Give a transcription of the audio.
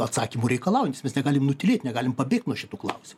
atsakymų reikalaujantys mes negalim nutylėt negalim pabėgt nuo šitų klausimų